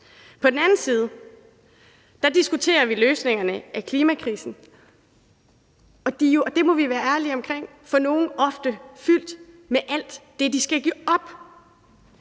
På den ene side diskuterer vi løsningerne af klimakrisen, og de er jo, og det må vi være ærlige omkring, for nogle ofte fyldt med alt det, de skal opgive.